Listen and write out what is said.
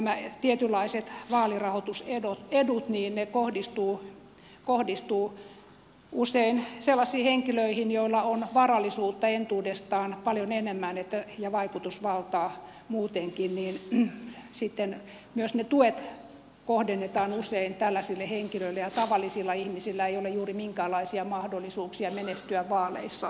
nämä tietynlaiset vaalirahoitusedut kohdistuvat usein sellaisiin henkilöihin joilla on varallisuutta entuudestaan paljon enemmän ja vaikutusvaltaa muutenkin ja sitten myös ne tuet kohdennetaan usein tällaisille henkilöille ja tavallisilla ihmisillä ei ole juuri minkäänlaisia mahdollisuuksia menestyä vaaleissa